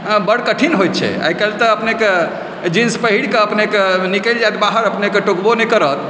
बड़ कठिन होइ छै आइकाल्हि तऽ अपनेकेँ जीन्स पहिर कऽ अपनेकेँ निकलि जायत बाहर अपनेकेँ टोकबो नहि करत